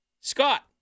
Scott